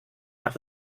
nach